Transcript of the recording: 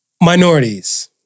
minorities